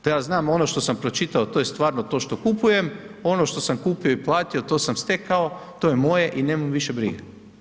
Da ja znam ono što sam pročitao, to je stvarno to što kupujem, ono što sam kupio i platio to sam stekao, to je moje i nemam više brige.